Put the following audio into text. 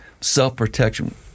self-protection